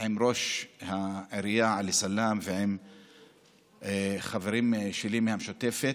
עם ראש העירייה עלי סלאם ועם חברים שלי מהמשותפת.